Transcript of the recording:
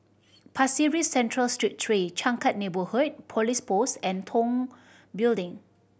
Pasir Ris Central Street three Changkat Neighbourhood Police Post and Tong Building